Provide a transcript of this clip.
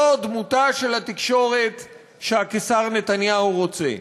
זו דמותה של התקשורת שהקיסר נתניהו רוצה.